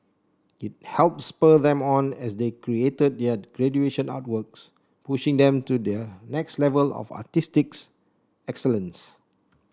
it helped spur them on as they created their graduation artworks pushing them to the next level of artistic's excellence